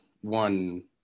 one